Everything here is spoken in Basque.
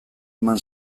eman